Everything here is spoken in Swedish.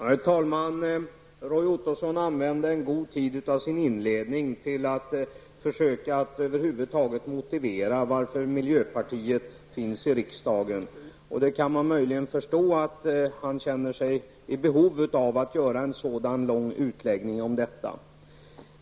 Herr talman! Roy Ottosson använde en god tid av sin inledning till att försöka att över huvud taget motivera varför miljöpartiet finns i riksdagen. Man kan möjligen förstå att han känner sig i behov av att göra en sådan lång utläggning om detta.